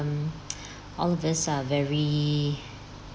all of us are very